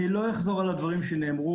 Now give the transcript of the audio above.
אני לא אחזור על הדברים שנאמרו,